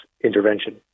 intervention